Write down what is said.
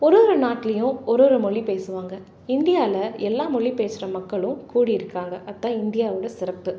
ஒரு ஒரு நாட்லேயும் ஒரு ஒரு மொழி பேசுவாங்க இந்தியாவில் எல்லா மொழி பேசுகிற மக்களும் கூடி இருக்காங்க அதுதான் இந்தியாவோட சிறப்பு